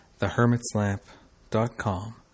thehermitslamp.com